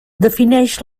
defineix